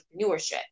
entrepreneurship